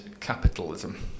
capitalism